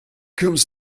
comes